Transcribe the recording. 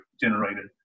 generated